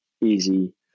easy